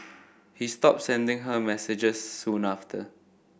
he stopped sending her messages soon after